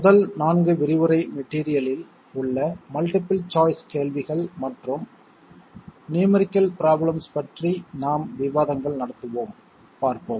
முதல் 4 விரிவுரைப் மெட்ரியலில் உள்ள மல்டிபிள் சாய்ஸ் கேள்விகள் மற்றும் நியூமெரிக்கல் ப்ரோப்லேம்ஸ் பற்றி நாம் விவாதங்கள் நடத்துவோம் பார்ப்போம்